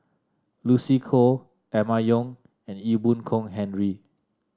Lucy Koh Emma Yong and Ee Boon Kong Henry